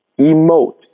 emote